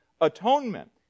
atonement